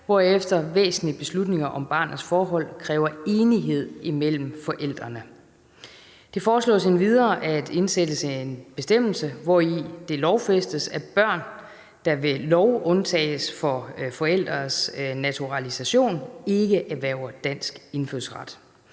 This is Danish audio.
hvorefter væsentlige beslutninger om barnets forhold kræver enighed mellem forældrene. Det foreslås endvidere at indsætte en bestemmelse, hvori det lovfæstes, at børn, der ved lov undtages fra forældres naturalisation, ikke erhverver dansk indfødsret.